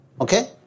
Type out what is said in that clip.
okay